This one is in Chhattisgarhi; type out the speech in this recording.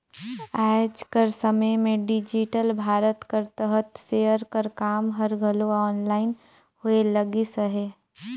आएज कर समे में डिजिटल भारत कर तहत सेयर कर काम हर घलो आनलाईन होए लगिस अहे